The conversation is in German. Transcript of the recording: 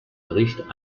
gericht